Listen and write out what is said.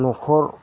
न'खर